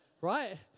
right